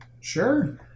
Sure